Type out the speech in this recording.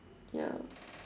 ya